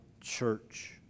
church